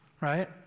right